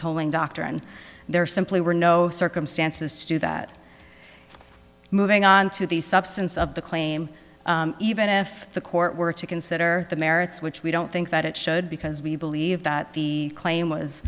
tolling doctrine there simply were no circumstances to do that moving on to the substance of the claim even if the court were to consider the merits which we don't think that it should because we believe that the claim was